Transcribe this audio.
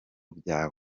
byawe